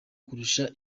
kurusha